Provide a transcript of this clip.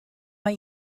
mae